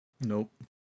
Nope